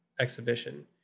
exhibition